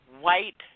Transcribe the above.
white